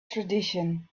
tradition